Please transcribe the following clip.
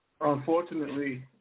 Unfortunately